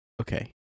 Okay